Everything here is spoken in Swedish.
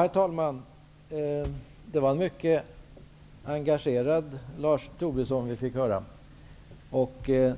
Herr talman! Det var en mycket engagerad Lars Tobisson som vi nu fick höra, och